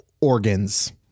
Organs